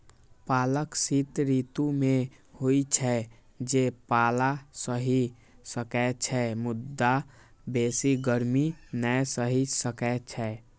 पालक शीत ऋतु मे होइ छै, जे पाला सहि सकै छै, मुदा बेसी गर्मी नै सहि सकै छै